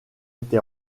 été